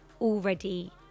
already